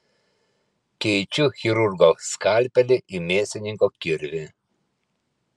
keičiu chirurgo skalpelį į mėsininko kirvį